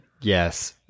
Yes